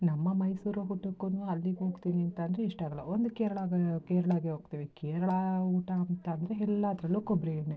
ನಮ್ಮ ಮೈಸೂರು ಹುಡುಕ್ಕೊಂಡು ಅಲ್ಲಿಗೋಗ್ತಿನಿ ಅಂತ ಅಂದ್ರೆ ಇಷ್ಟ ಆಗೋಲ್ಲ ಒಂದು ಕೇರಳಗೆ ಕೇರಳಗೆ ಹೋಗ್ತೀವಿ ಕೇರಳ ಊಟ ಅಂತ ಅಂದ್ರೆ ಎಲ್ಲದ್ರಲ್ಲೂ ಕೊಬ್ಬರಿ ಎಣ್ಣೆ